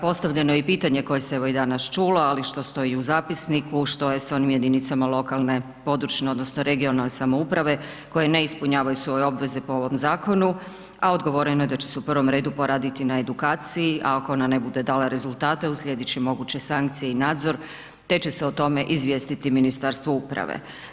Postavljeno je i pitanje, koje se evo i danas čulo, ali što stoji i u zapisniku što je s onim jedinicama lokalne područno odnosno regionalne samouprave koje ne ispunjavaju svoje obveze po ovom zakonu, a odgovoreno je da će se u prvom redu poraditi na edukaciji, a ako ona ne bude dala rezultate, uslijedit će moguće sankcije i nadzor, te će se o tome izvijestiti Ministarstvo uprave.